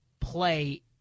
play